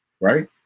right